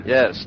Yes